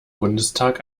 bundestag